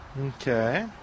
Okay